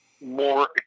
more